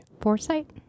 Foresight